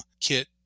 kit